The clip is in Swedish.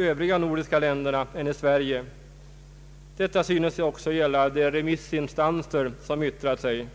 övriga nordiska länderna än i Sverige. Detta synes också gälla de remissinstanser som yttrat sig.